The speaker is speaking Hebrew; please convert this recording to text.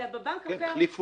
אלא בבנק אחר.